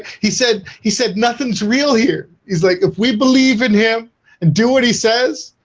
he said he said nothing's real here he's like if we believe in him and do what he says,